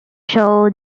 show